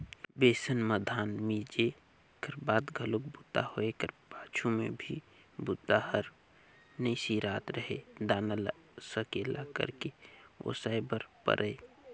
बेलन म धान ल मिंजे कर बाद घलोक बूता होए कर पाछू में भी बूता हर नइ सिरात रहें दाना ल सकेला करके ओसाय बर परय